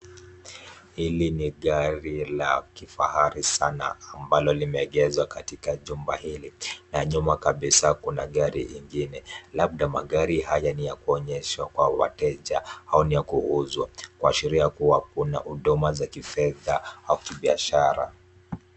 Hili ni gari la kifahari sana ambalo limeegezwa katika jumba hili. Na nyuma kabisa kuna gari ingine, labda magari haya ni ya kuonyeshwa kwa wateja au ni ya kuuzwa kuashiria kuwa kuna huduma za kifedha au kibiashara.